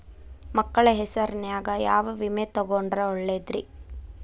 ಮಕ್ಕಳ ಹೆಸರಿನ್ಯಾಗ ಯಾವ ವಿಮೆ ತೊಗೊಂಡ್ರ ಒಳ್ಳೆದ್ರಿ?